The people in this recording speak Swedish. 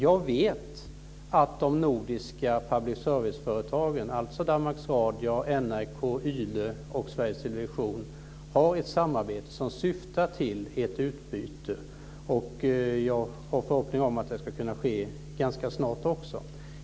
Jag vet att de nordiska public service-företagen, Danmarks Radio, NRK, YLE och Sveriges television, har ett samarbete som syftar till utbyte. Jag har förhoppningar om att det ska kunna ske snart.